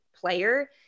player